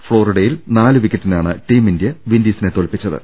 ഫ്ളോറിഡയിൽ നാല് വിക്കറ്റിനാണ് team India വിൻഡീസിനെ തോൽപ്പിച്ചത്